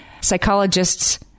psychologists